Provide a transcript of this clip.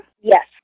Yes